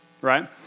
right